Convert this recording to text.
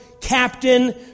Captain